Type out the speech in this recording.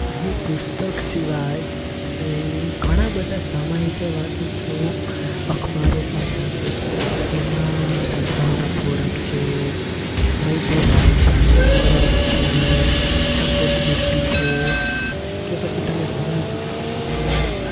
હું પુસ્તક સિવાય ઘણા બધા સામાયિકય વાંચું છું અખબારો પણ વાંચું છું એમાં સદ્ભાવના ફોરમ છે મૈત્રી ભાવ છે પરબ છે શબ્દ સૃષ્ટિ છે કે પછી તમે ભૂમિપુત્ર છે